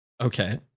Okay